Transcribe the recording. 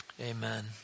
Amen